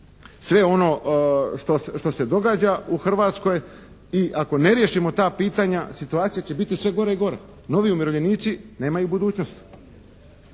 sve ono što se događa u Hrvatskoj i ako ne riješimo ta pitanja situacija će biti sve gora i gora. Novi umirovljenici nemaju budućnost.